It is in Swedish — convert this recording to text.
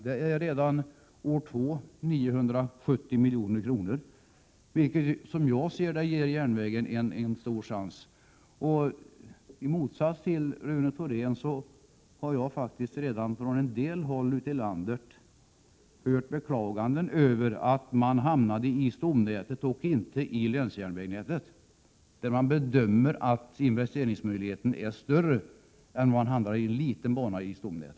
Det är redan andra året 970 milj.kr., vilket som jag ser det ger järnvägen en stor chans. I motsats till Rune Thorén har jag redan från en del håll ute i landet hört beklaganden över att man hamnat i stomnätet och inte i länsjärnvägsnätet; man bedömer att investeringsmöjligheterna där är större än om man hamnar i en liten bana i stomnätet.